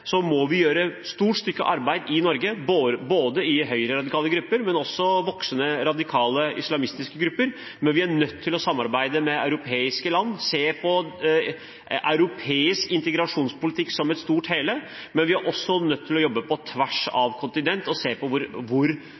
må vi gjøre et stort stykke arbeid i Norge, både i høyreradikale grupper og i voksende radikale islamistiske grupper. Vi er nødt til å samarbeide med europeiske land og se på europeisk integrasjonspolitikk som et stort hele, men vi er også nødt til å jobbe på tvers av kontinenter og se hvor religiøs ekstremisme vokser fram, og hvor